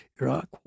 Iraq